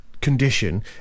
condition